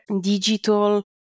digital